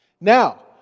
Now